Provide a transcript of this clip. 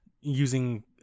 using